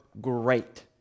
great